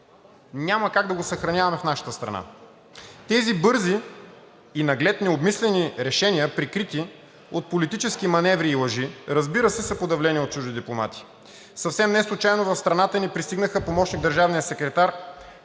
няма как да го съхраняваме в нашата страна. Тези бързи и наглед необмислени решения, прикрити от политически маневри и лъжи, разбира се, са под давление на чужди дипломати. Съвсем неслучайно в страната ни пристигнаха помощник-държавният секретар